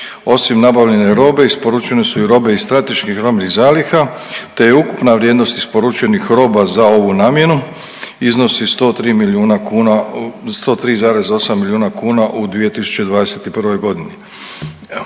Osim nabavljene robe isporučene su i robe iz strateških robnih zaliha, te ukupna vrijednost isporučenih roba za ovu namjenu iznosi 103 milijuna kuna, 103,8 milijuna